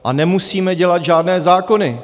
A nemusíme dělat žádné zákony.